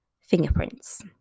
Fingerprints